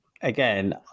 again